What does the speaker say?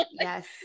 Yes